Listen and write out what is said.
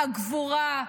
הגבורה,